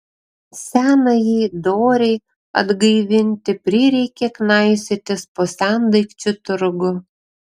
senajai dorei atgaivinti prireikė knaisiotis po sendaikčių turgų